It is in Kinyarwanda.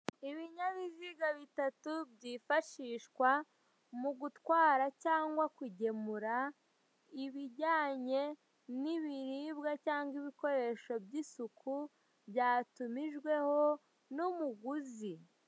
Ibinyabiziga bitatu byifashishwa mu gutwara cyangwa kugemura ibijyanye n'ibiribwa cyangwa ibikoresho by'isuku byatumijweho n'umuguzi.